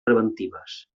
preventives